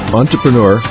entrepreneur